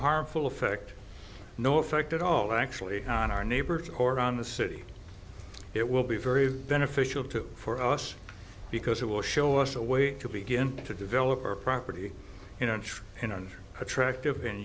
harmful effect no effect at all actually on our neighbors or around the city it will be very beneficial to for us because it will show us a way to begin to develop our property you know in an attractive in